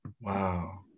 Wow